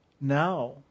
Now